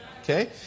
Okay